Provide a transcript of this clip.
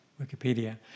Wikipedia